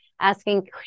asking